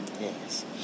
Yes